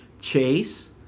Chase